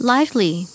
Lively